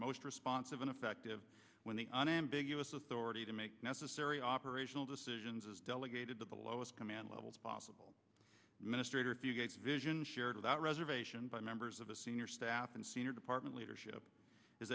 most responsive and effective when the unambiguous authority to make necessary operational decisions is delegated to the lowest command levels possible ministry attributes vision shared without reservation by members of a senior staff and senior department leadership is